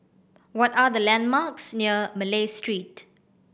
what are the landmarks near Malay Street